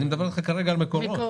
אני מדבר איתך כרגע על מקורות.